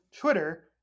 Twitter